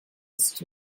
ist